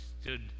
stood